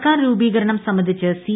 സർക്കാർ രൂപീകരണം സംബന്ധിച്ച് സി